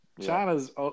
China's